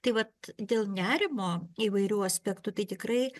tai vat dėl nerimo įvairių aspektų tai tikrai